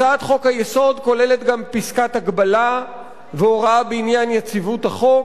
הצעת חוק-היסוד כוללת גם פסקת הגבלה והוראה בעניין יציבות החוק.